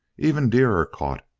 even deer are caught.